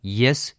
yes